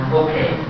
okay